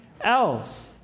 else